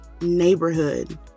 neighborhood